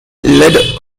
lead